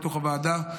בתוך הוועדה.